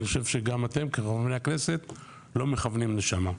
ואני חושב שגם אתם חברי הכנסת לא מכוונים לשם.